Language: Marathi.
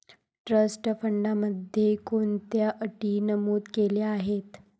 ट्रस्ट फंडामध्ये कोणत्या अटी नमूद केल्या आहेत?